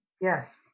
Yes